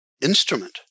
instrument